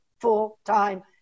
full-time